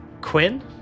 Quinn